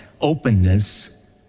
openness